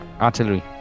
artillery